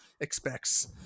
expects